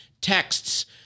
texts